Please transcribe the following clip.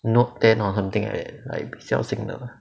note ten or something like that like 比较新的